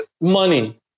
Money